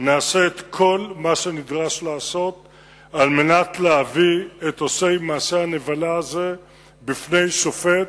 נעשה את כל מה שנדרש לעשות כדי להביא את עושי מעשה הנבלה הזה לפני שופט,